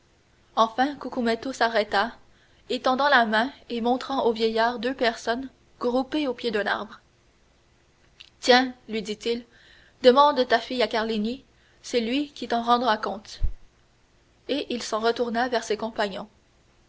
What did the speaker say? enfin cucumetto s'arrêta étendant la main et montrant au vieillard deux personnes groupées au pied d'un arbre tiens lui dit-il demande ta fille à carlini c'est lui qui t'en rendra compte et il s'en retourna vers ses compagnons